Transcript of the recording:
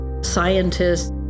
scientists